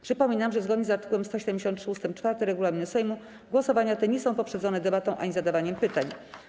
Przypominam, że zgodnie z art. 173 ust. 4 regulaminu Sejmu głosowania te nie są poprzedzone debatą ani zadawaniem pytań.